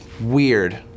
weird